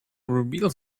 reveals